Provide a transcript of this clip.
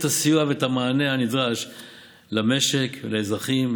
הסיוע ואת המענה הנדרש למשק ולאזרחים,